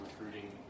recruiting